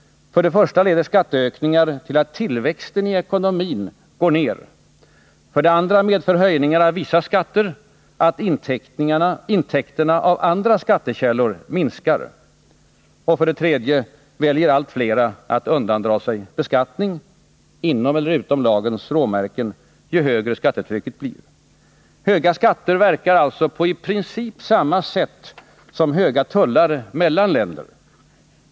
För det första leder skatteökningar till att tillväxten i ekonomin går ner. För det andra medför höjningar av vissa skatter att intäkterna av andra skattekällor minskar. Och för det tredje väljer allt flera att undandra sig beskattning — inom eller utom lagens råmärken — ju högre skattetrycket blir. Höga skatter verkar alltså på i princip samma sätt som höga tullar mellan länder.